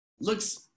looks